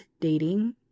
dating